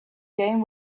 game